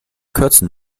kürzen